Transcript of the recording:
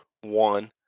one